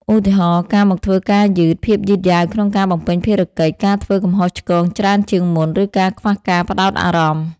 ឧទាហរណ៍ ការមកធ្វើការយឺត ភាពយឺតយ៉ាវក្នុងការបំពេញភារកិច្ច ការធ្វើកំហុសឆ្គងច្រើនជាងមុន ឬការខ្វះការផ្តោតអារម្មណ៍។